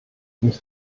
mich